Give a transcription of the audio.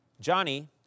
Johnny